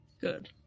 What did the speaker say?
Good